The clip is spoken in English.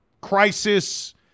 crisis